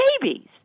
babies